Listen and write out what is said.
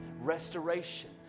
restoration